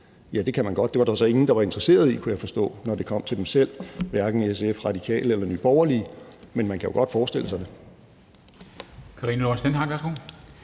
Det var der så ingen, der var interesseret i, kunne jeg forstå, når det kom til dem selv, hverken SF, Radikale eller Nye Borgerlige. Men man kan jo godt forestille sig det. Kl.